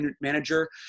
manager